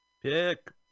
Pick